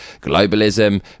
globalism